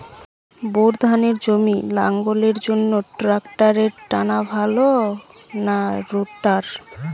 Bore ধানের জমি লাঙ্গলের জন্য ট্রাকটারের টানাফাল ভালো না রোটার?